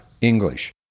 English